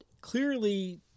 clearly